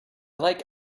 like